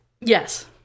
Yes